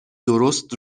درست